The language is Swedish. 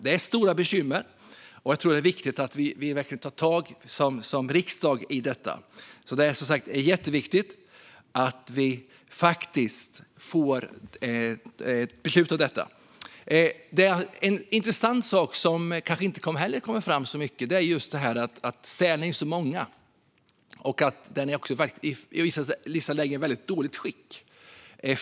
De orsakar stora bekymmer, och vi i riksdagen måste verkligen ta tag i detta. Det är som sagt jätteviktigt att vi fattar beslut om det här. En intressant sak som kanske inte brukar komma fram så mycket är att sälarna är så många och att de på vissa håll är i väldigt dåligt skick.